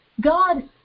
God